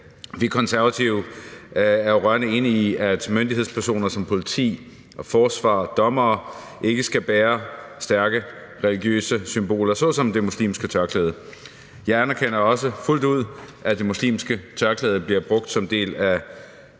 Vi Konservative er rørende enige i, at myndighedspersoner fra politi, forsvar og domstole ikke skal bære stærkt religiøse symboler såsom det muslimske tørklæde. Jeg anerkender også fuldt ud, at det muslimske tørklæde bliver brugt som en del af